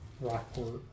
Rockport